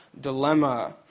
dilemma